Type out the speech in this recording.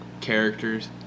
characters